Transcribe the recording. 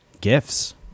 gifts